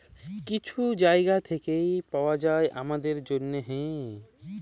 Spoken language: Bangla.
কিছু জায়গা থ্যাইকে পাউয়া যায় আমাদের জ্যনহে